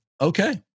okay